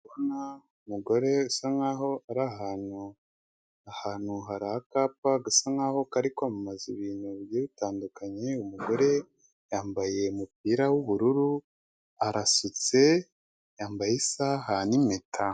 Umugore usa nkaho ari ahantu, ahantu hari akapa gasa nkaho kari kwamamaza ibintu bitandukanye. Umugore yambaye umupira w'ubururu arasutse yambaye isaha n'mpeta.